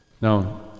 Now